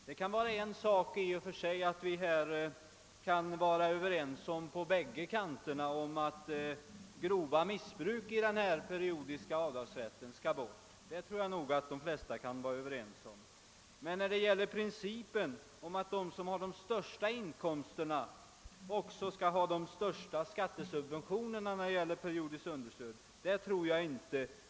Det är en sak att vi på båda håll är ense om att grova missbruk av den periodiska avdragsrätten skall bort — därom är väl alla eniga — men jag tror inte vi är överens om principen att de som har de största inkomsterna också skall ha de största skattesubven tionerna när det gäller periodiskt understöd.